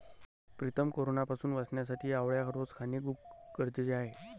प्रीतम कोरोनापासून वाचण्यासाठी आवळा रोज खाणे खूप गरजेचे आहे